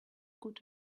good